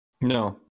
No